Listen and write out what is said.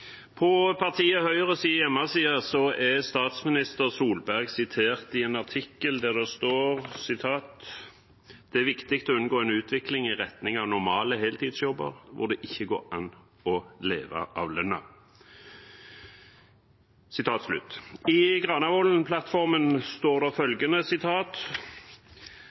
På partiet Høyres hjemmeside er statsminister Solberg sitert i en artikkel der det står: «Det er viktig å unngå en utvikling i retning av «normale» heltidsjobber hvor det ikke går an å leve av lønnen.» I Granavolden-plattformen står det følgende: